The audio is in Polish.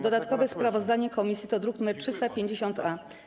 Dodatkowe sprawozdanie komisji to druk nr 350-A.